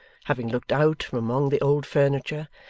having looked out, from among the old furniture,